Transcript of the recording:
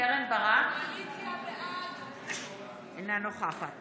קרן ברק, אינה נוכחת